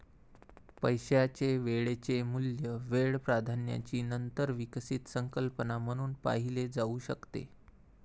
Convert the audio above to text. पैशाचे वेळेचे मूल्य वेळ प्राधान्याची नंतर विकसित संकल्पना म्हणून पाहिले जाऊ शकते